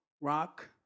rock